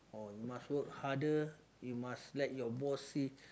oh you must work harder you must let your boss see